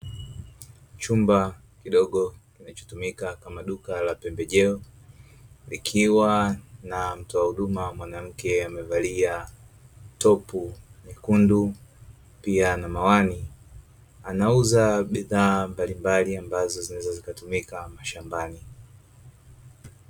Chumba kidogo, kinachotumika kama duka la pembe jeo, likiwa na mtoa huduma mwanamke amevalia topu nyekundu, pia na miwani, anauza bidhaa mbalimbali, ambazo zinaweza zikatumika mashambani.